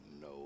no